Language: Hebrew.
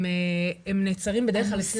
הם נעצרים בדרך כלל.